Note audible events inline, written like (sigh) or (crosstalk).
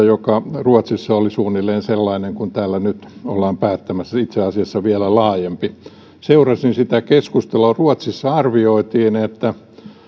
(unintelligible) joka ruotsissa oli suunnilleen sellainen kuin mistä täällä nyt ollaan päättämässä itse asiassa vielä laajempi seurasin sitä keskustelua ruotsissa arvioitiin että